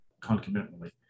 concomitantly